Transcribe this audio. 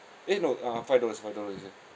eh no uh five dollars five dollars he say